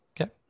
Okay